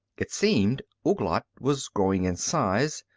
it seemed ouglat was growing in size,